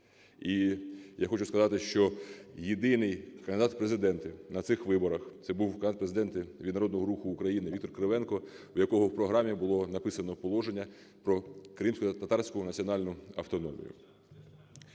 І я хочу сказати, що єдиний кандидат в Президенти на цих виборах – це був кандидат в Президенти від Народного Руху України Віктор Кривенко, у якого в програмі було написано положення про кримськотатарську національну автономію.